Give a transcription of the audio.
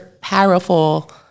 powerful